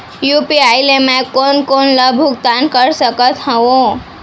UPI ले मैं कोन कोन ला भुगतान कर सकत हओं?